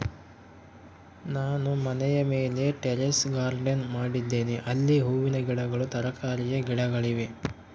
ನಾನು ಮನೆಯ ಮೇಲೆ ಟೆರೇಸ್ ಗಾರ್ಡೆನ್ ಮಾಡಿದ್ದೇನೆ, ಅಲ್ಲಿ ಹೂವಿನ ಗಿಡಗಳು, ತರಕಾರಿಯ ಗಿಡಗಳಿವೆ